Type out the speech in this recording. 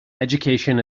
education